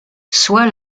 sois